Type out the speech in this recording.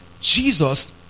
Jesus